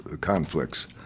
conflicts